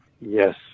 Yes